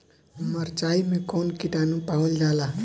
मारचाई मे कौन किटानु पावल जाला?